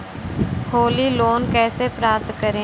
Holi loan को कैसे प्राप्त करें?